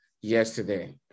yesterday